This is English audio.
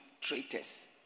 traitors